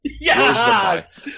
Yes